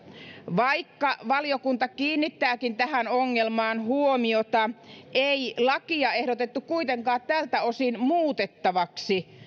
vaikka valiokunta kiinnittääkin tähän ongelmaan huomiota ei lakia ehdotettu kuitenkaan tältä osin muutettavaksi